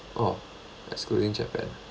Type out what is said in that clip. oh excluding japan